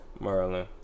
Merlin